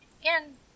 again